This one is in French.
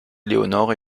éléonore